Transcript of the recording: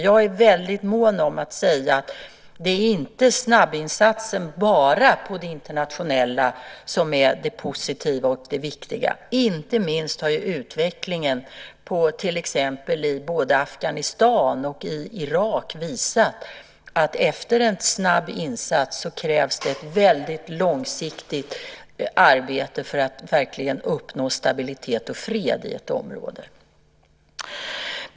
Jag är dock mycket mån om att säga att det inte bara är snabbinsatsen på det internationella planet som är det positiva och viktiga. Inte minst har utvecklingen i till exempel Afghanistan och Irak visat att det efter en snabb insats krävs ett mycket långsiktigt arbete för att verkligen uppnå stabilitet och fred i ett område.